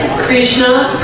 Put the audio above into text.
krishna